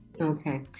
Okay